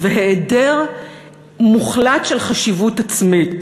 והיעדר מוחלט של חשיבות עצמית.